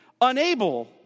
Unable